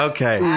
Okay